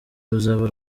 ruzaba